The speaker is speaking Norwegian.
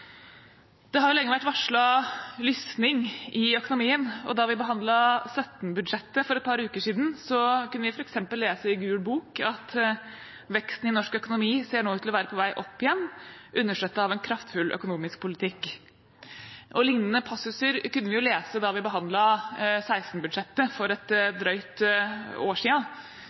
Det har lenge vært varslet lysning i økonomien. Da vi behandlet 2017-budsjettet for et par uker siden, kunne vi f.eks. lese i Gul bok at veksten i norsk økonomi ser ut til å være på vei opp igjen, understøttet av en kraftfull økonomisk politikk. Lignende passuser kunne vi lese da vi behandlet 2016-budsjettet for et drøyt år